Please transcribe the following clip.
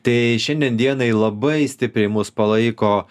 tai šiandien dienai labai stipriai mus palaiko